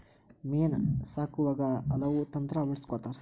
ಮೇನಾ ಸಾಕುವಾಗ ಹಲವು ತಂತ್ರಾ ಅಳವಡಸ್ಕೊತಾರ